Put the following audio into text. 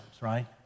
right